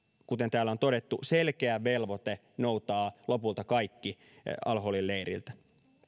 kuten täällä on todettu selkeä velvoite noutaa lopulta kaikki al holin leiriltä